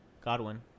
Godwin